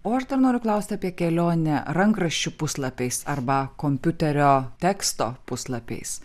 o aš dar noriu klausti apie kelionę rankraščių puslapiais arba kompiuterio teksto puslapiais